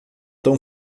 tão